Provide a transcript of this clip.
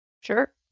Sure